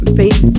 face